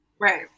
right